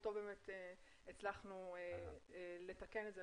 ובזכותו הצלחנו לתקן את זה.